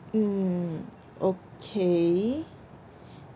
mm okay